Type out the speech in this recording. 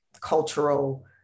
cultural